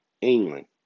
England